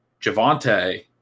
Javante